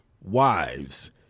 wives